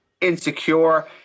insecure